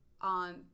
on